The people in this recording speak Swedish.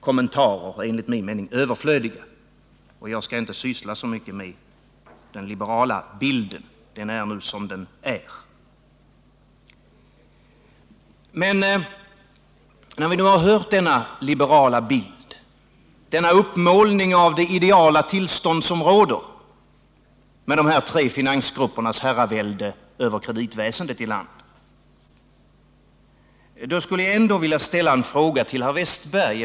Kommentarer är enligt min mening överflödiga, och jag skall inte syssla så mycket med den liberala bilden. Den är som den är. Men när vi nu har tagit del av denna liberala bild, denna uppmålning av det ideala tillstånd som råder med dessa tre finansgruppers herravälde över kreditväsendet i landet, då skulle jag vilja ställa en fråga till Olle Wästberg.